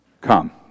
Come